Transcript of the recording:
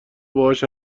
باهاش